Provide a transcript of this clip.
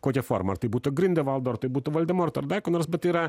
kokia forma ar tai būtų grindevaldo ar tai būtų voldemorto ar dar ko nors bet tai yra